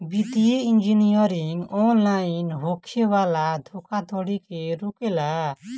वित्तीय engineering online होखे वाला धोखाधड़ी के रोकेला